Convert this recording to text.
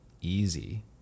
easy